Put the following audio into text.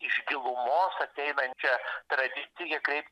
iš gilumos ateinančia tradicija kaip